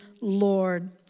Lord